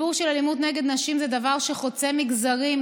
הסיפור של אלימות נגד נשים זה דבר שחוצה מגזרים,